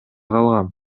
калгам